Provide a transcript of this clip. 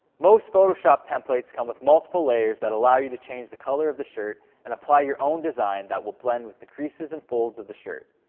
most photoshop templates come with multiple layers that allow you to change the colour of the shirt and apply your own design that will blend with the creases and folds of the shirt.